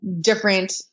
different